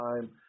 time